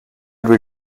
would